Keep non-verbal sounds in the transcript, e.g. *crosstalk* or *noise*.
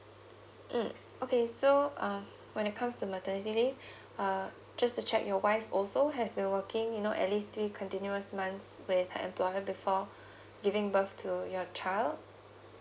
mm okay so um when it comes to maternity leave *breath* uh just to check your wife also has been working you know at least three continuous months with her employer before *breath* giving birth to your child